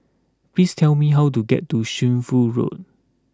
please tell me how to get to Shunfu Road